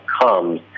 comes